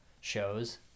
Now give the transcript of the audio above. shows